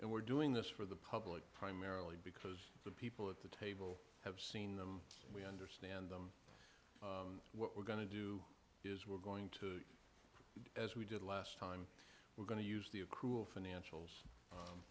and we're doing this for the public primarily because the people at the table have seen them we understand them what we're going to do is we're going to do as we did last time we're going to use the of cruel financials